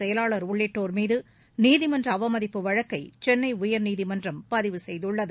செயலாளா் உள்ளிட்டோா் மீது நீதிமன்ற அவமதிப்பு வழக்கை சென்னை உயா்நீதிமன்றம் பதிவு செய்துள்ளது